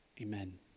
amen